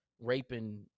Raping